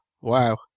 wow